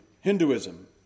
Hinduism